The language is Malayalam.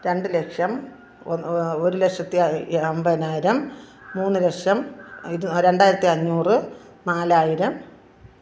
രണ്ട് ലക്ഷം ഒ ഒരു ലക്ഷത്തി അമ്പതിനായിരം മൂന്നുലക്ഷം രണ്ടായിരത്തി അഞ്ഞൂറ് നാലായിരം